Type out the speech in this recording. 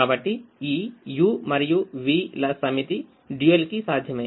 కాబట్టి ఈ u మరియు v ల సమితి dual కి సాధ్యమే